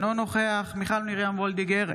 אינו נוכח מיכל מרים וולדיגר,